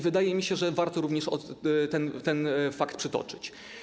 Wydaje mi się, że warto również ten fakt przytoczyć.